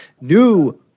new